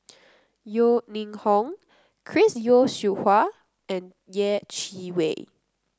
Yeo Ning Hong Chris Yeo Siew Hua and Yeh Chi Wei